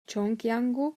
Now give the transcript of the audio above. pchjongjangu